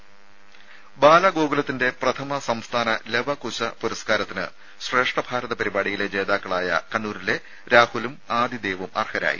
രേര ബാലഗോകുലത്തിന്റെ പ്രഥമ സംസ്ഥാന ലവകുശ പുരസ്കാരത്തിന് ശ്രേഷ്ഠഭാരത പരിപാടിയിലെ ജേതാക്കളായ കണ്ണൂരിലെ രാഹുലും ആദിദേവും അർഹരായി